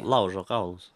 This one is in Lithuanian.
laužo kaulus